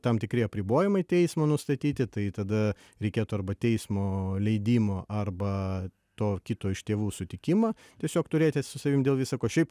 tam tikri apribojimai teismo nustatyti tai tada reikėtų arba teismo leidimo arba to kito iš tėvų sutikimą tiesiog turėti su savimi dėl visa ko šiaip